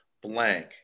blank